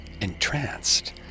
entranced